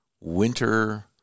winter